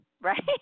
Right